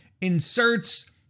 inserts